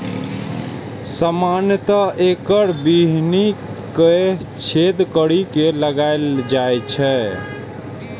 सामान्यतः एकर बीहनि कें छेद करि के लगाएल जाइ छै